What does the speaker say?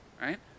right